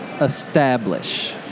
establish